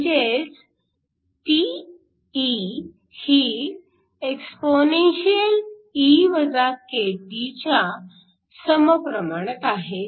म्हणजेच P ही exp च्या सम प्रमाणात आहे